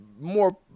more